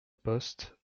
poste